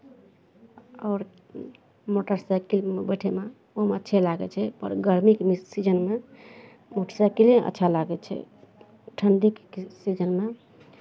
आओर मोटरसाइकिलमे बैठयमे ओहूमे अच्छे लागै छै पर गरमीके सीजनमे मोटरसाइकिले अच्छा लागै छै ठण्ढीके सीजनमे